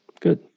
good